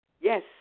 Yes